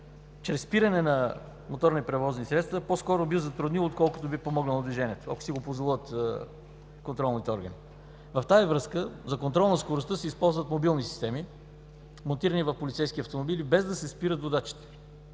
чрез спиране на моторни превозни средства, по-скоро би затруднил, отколкото би помогнал на движението, ако си го позволят контролните органи. В тази връзка за контрол на скоростта се използват мобилни системи, монтирани в полицейски автомобили, без да се спират водачите.